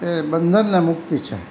એ બંધન ને મુક્તિ છે